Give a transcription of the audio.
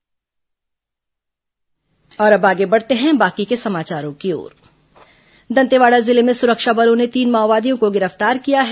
माओवादी गिरफ्तार दंतेवाड़ा जिले में सुरक्षा बलों ने तीन माओवादियों को गिरफ्तार किया है